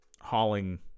hauling